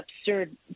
absurd